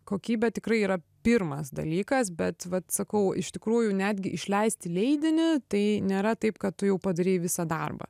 kokybė tikrai yra pirmas dalykas bet vat sakau iš tikrųjų netgi išleisti leidinį tai nėra taip kad tu jau padarei visą darbą